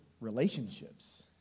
Relationships